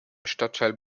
stadtteil